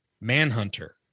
Manhunter